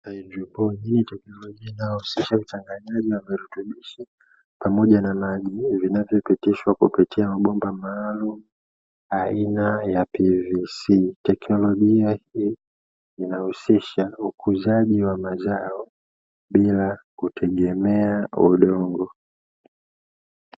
Haidroponi, hii ni teknolojia inayohusisha uchanganyaji wa virutubishi pamoja na maji vinavyopitishwa kupitia mabomba maalumu aina ya "PVC". Teknolojia hii inahusisha ukuzaji wa mazao bila kutegemea udongo.